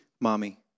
Mommy